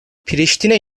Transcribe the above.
priştine